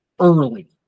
early